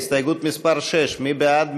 הסתייגות מס' 6. מי בעד?